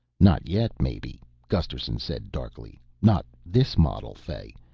not yet, maybe, gusterson said darkly. not this model. fay,